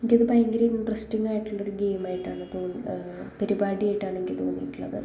എനിക്കത് ഭയങ്കര ഇൻട്രസ്റ്റിങ്ങ് ആയിട്ടുള്ള ഒരു ഗെയിം ആയിട്ടാണ് തോ പരിപാടി ആയിട്ടാണ് എനിക്ക് തോന്നിയിട്ടുള്ളത്